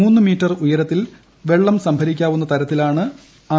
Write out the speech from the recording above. മൂന്ന് മീറ്റർ ഉയരത്തിൽ വെള്ളം സംഭരിക്കാവുന്ന തരത്തിലാണ് ആർ